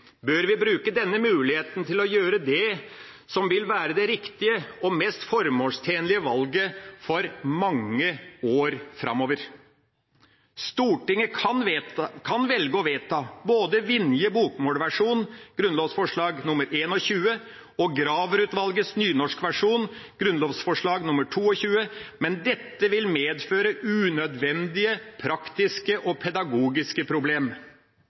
bør vi bruke denne muligheten til å gjøre det som vil være det riktige og mest formålstjenlige valget for mange år framover. Stortinget kan velge å vedta både Vinjes bokmålsversjon, grunnlovsforslag nr. 21, og Graver-utvalgets nynorskversjon, grunnlovsforslag nr. 22, men dette vil medføre unødvendige praktiske og pedagogiske problem.